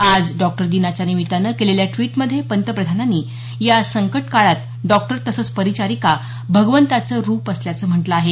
आज डॉक्टर दिनाच्या निमित्ताने केलेल्या ड्वीटमध्ये पंतप्रधानांनी या संकटकाळात डॉक्टर तसंच परिचारिका भगवंताचं रूप असल्याचं म्हटलं आहे